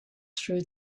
through